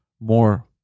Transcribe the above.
more